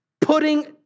putting